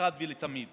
אחת ולתמיד